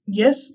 yes